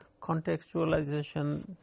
contextualization